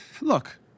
Look